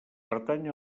pertany